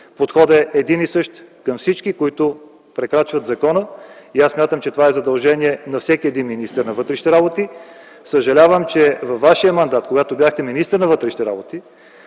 подходът е един и същ към всички, които прекрачват закона. И аз смятам, че това е задължение на всеки един министър на вътрешните работи. Съжалявам, че във Вашия мандат, когато бяхте министър на вътрешните работи,